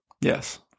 Yes